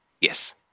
Yes